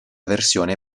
versione